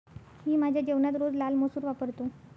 मी माझ्या जेवणात रोज लाल मसूर वापरतो